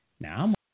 Now